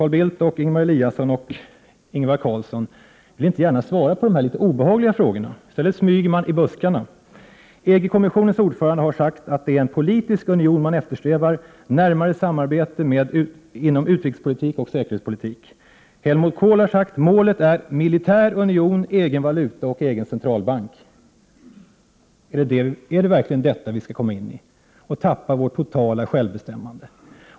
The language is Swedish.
Carl Bildt och Ingemar Eliasson och Ingvar Carlsson vill inte gärna svara på de här litet obehagliga frågorna. I stället smyger man i buskarna. EG-kommissionens ordförande har sagt att det är en politisk union man eftersträvar, närmare samarbete inom utrikespolitik och säkerhetspolitik. Helmut Kohl har sagt: Målet är militär union, egen valuta och egen centralbank. Är det verkligen detta vi skall komma in i, och tappa vårt totala självbestämmande?